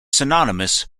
synonymous